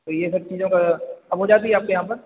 तो यह सब चीज़ों का अब हो जाती है आपके यहाँ पर